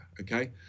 okay